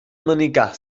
menikah